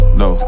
no